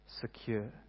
secure